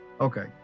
Okay